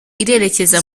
irerekeza